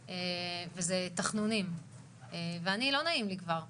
הרצפה שלנו וגם במחיר מלא בנוסף את אשפוזי